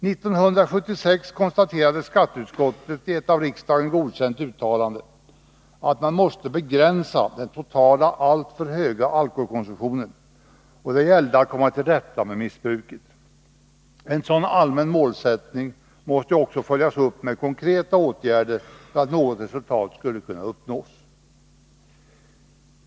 1976 konstaterade skatteutskottet i ett av riksdagen godkänt uttalande att man måste begränsa den totala alltför höga alkoholkonsumtionen, och det gällde att komma till rätta med missbruket. En sådan allmän målsättning måste ju också följas upp med konkreta åtgärder för att något resultat skulle kunna uppnås.